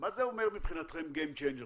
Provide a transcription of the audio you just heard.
מה זה אומר מבחינתכם game changer כזה?